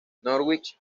norwich